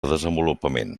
desenvolupament